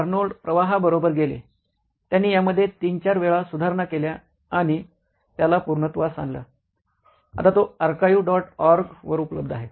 Arnold प्रवाहाबरोबर गेले त्यांनी यामध्ये तीन चार वेळा सुधारणा केल्या आणि त्याला पूर्णत्वास आणलं आता तो अर्काईव्ह डॉट ऑर्ग वर उपलब्ध आहे